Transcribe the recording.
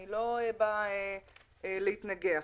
אני לא באה להתנגח